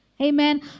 Amen